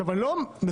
אני לא מזלזל,